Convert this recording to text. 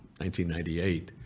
1998